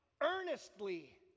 earnestly